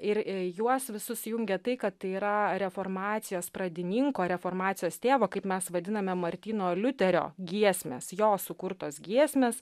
ir juos visus jungia tai kad tai yra reformacijos pradininko reformacijos tėvo kaip mes vadiname martyno liuterio giesmės jo sukurtos giesmės